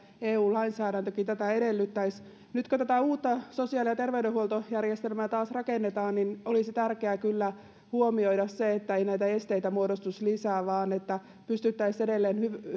eu lainsäädäntökin tätä edellyttäisi nyt kun tätä uutta sosiaali ja terveydenhuoltojärjestelmää taas rakennetaan niin olisi tärkeää kyllä huomioida se että näitä esteitä ei muodostuisi lisää vaan että pystyttäisiin edelleen